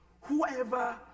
whoever